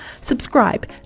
Subscribe